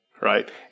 right